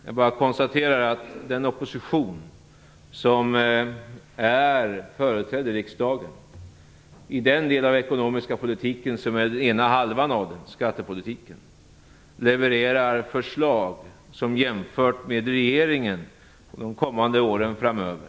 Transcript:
Jag bara konstaterar att den opposition som är företrädd i riksdagen vad gäller ena halvan av den ekonomiska politiken - skattepolitiken - levererar olika förslag för åren framöver.